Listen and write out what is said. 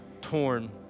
torn